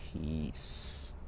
Peace